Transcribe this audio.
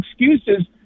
excuses